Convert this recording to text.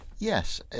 Yes